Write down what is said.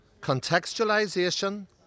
contextualization